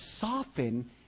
soften